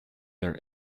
their